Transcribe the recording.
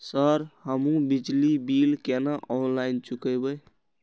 Sir हमू बिजली bill केना ऑनलाईन चुकेबे?